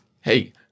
hey